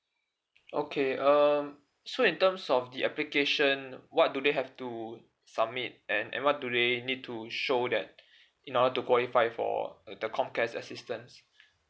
okay um so in terms of the application what do they have to submit and and what do they need to show that in order to qualify for the comcare assistance